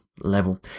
Level